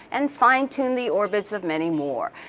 and fine tune the orbits of many more.